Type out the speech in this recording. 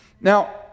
Now